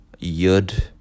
Yud